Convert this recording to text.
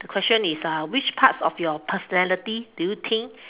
the question is uh which parts of your personality do you think